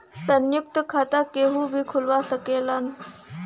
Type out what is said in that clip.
संयुक्त खाता केहू भी खुलवा सकेला